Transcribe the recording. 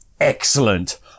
Excellent